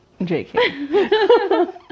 JK